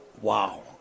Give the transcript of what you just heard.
Wow